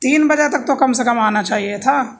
تین بجے تک تو کم سے کم آنا چاہیے تھا